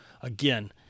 again